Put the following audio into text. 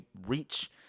reach